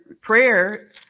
prayer